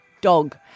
dog